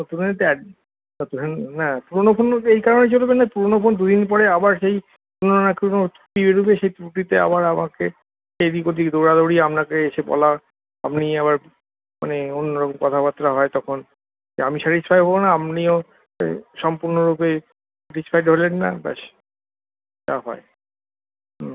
না হ্যাঁ পুরনো ফোন এই কারণে চলবে না পুরনো ফোন দুদিন পরে আবার সেই কোনো না কোনো ত্রুটি বেরোবে সেই ত্রুটিতে আবার আমাকে এদিক ওদিক দৌড়াদৌড়ি আপনাকে এসে বলা আপনি আবার মানে অন্যরকম কথাবার্তা হয় তখন আমি স্যাটিসফাই হব না আপনিও সম্পূর্ণরূপে স্যাটিসফায়েড হলেন না ব্যস যা হয় হুম